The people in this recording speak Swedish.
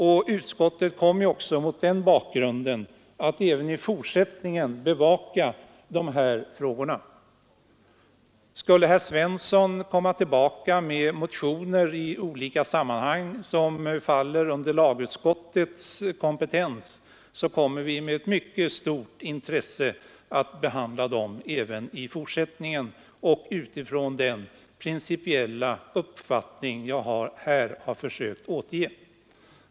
Och utskottet kommer mot den bakgrunden att även i fortsättningen bevaka de här frågorna. Skulle herr Svensson komma tillbaka med motioner i olika sammanhang som faller under lagutskottets kompetens, så kommer vi med mycket stort intresse att behandla dem även i fortsättningen och utifrån den principiella uppfattning jag här har försökt återge.